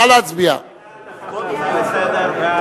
ההצעה להעביר את